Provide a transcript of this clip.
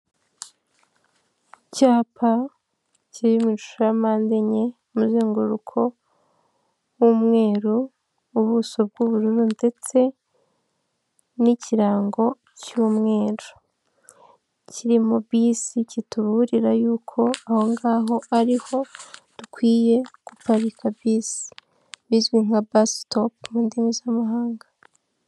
Icyapa kiri mu ishusho ya pande enye umuzenguruko w'umweruru ubuso bw'ubururu, ndetse n'ikirango cy'umweru kiririmo bisi kituburira yuko aho ngaho ari ho dukwiye guparika bisi bizwi nka Bus stop mu indimi z'amahanga.